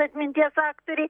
atminties aktorė